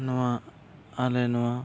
ᱱᱚᱣᱟ ᱟᱞᱮ ᱱᱚᱣᱟ